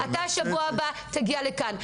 אתה בשבוע הבא תגיע לכאן,